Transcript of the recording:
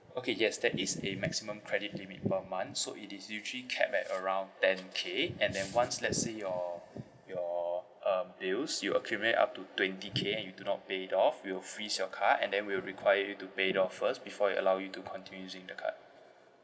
okay yes there is a maximum credit limit per month so it is usually capped at around ten K and then once let's say your your um bills you accumulate up to twenty K and you do not pay it off we will freeze your card and then we will require you to pay it off first before we allow you to continue using the card